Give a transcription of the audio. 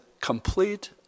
complete